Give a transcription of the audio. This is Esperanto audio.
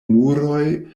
muroj